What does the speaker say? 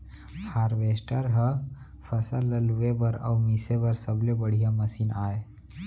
harvester ह फसल ल लूए बर अउ मिसे बर सबले बड़िहा मसीन आय